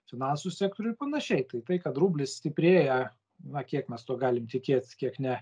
finansų sektoriui ir panašiai tai tai kad rublis stiprėja na kiek mes tuo galim tikėt kiek ne